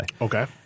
Okay